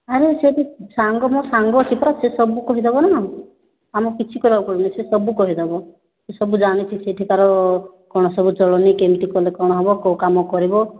ଆରେ ସେଇଠି ସାଙ୍ଗ ମୋ ସାଙ୍ଗ ଅଛି ପରା ସେ ସବୁ କହି ଦେବନା ଆମକୁ କିଛି କରିବାକୁ ପଡ଼ିବନି ସେ ସବୁ କହିଦେବ ସେ ସବୁ ଜାଣିଛି ସେଠିକାର କ'ଣ ସବୁ ଚଳନି କେମିତି କଲେ କ'ଣ ହେବ କେଉଁ କାମ କରିବ